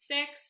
Six